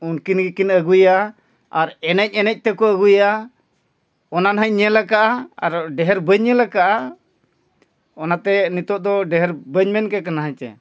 ᱩᱱᱠᱤᱱ ᱜᱮᱠᱤᱱ ᱟᱹᱜᱩᱭᱟ ᱟᱨ ᱮᱱᱮᱡ ᱮᱱᱮᱡ ᱛᱮᱠᱚ ᱟᱹᱜᱩᱭᱟ ᱚᱱᱟ ᱱᱟᱜ ᱤᱧ ᱧᱮᱞ ᱟᱠᱟᱜᱼᱟ ᱟᱨ ᱰᱷᱮᱨ ᱵᱟᱹᱧ ᱧᱮᱞ ᱟᱠᱟᱜᱼᱟ ᱚᱱᱟᱛᱮ ᱱᱤᱛᱳᱜ ᱫᱚ ᱰᱷᱮᱨ ᱵᱟᱹᱧ ᱢᱮᱱ ᱠᱮᱫ ᱠᱟᱱᱟ ᱦᱮᱸᱥᱮ